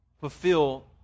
fulfill